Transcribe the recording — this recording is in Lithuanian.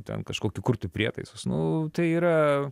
ten kažkokį kurti prietaisus nu tai yra